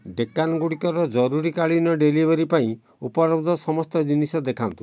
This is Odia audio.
ଡେକାନ୍ ଗୁଡ଼ିକର ଜରୁରୀ କାଳୀନ ଡେଲିଭରି ପାଇଁ ଉପଲବ୍ଧ ସମସ୍ତ ଜିନିଷ ଦେଖାନ୍ତୁ